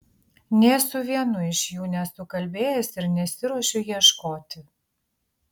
nė su vienu iš jų nesu kalbėjęs ir nesiruošiu ieškoti